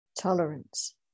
tolerance